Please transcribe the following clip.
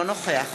אינו נוכח